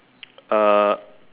uh